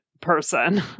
person